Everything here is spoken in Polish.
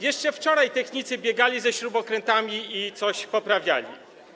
Jeszcze wczoraj technicy biegali ze śrubokrętami i coś poprawiali.